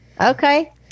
Okay